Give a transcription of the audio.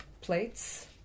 plates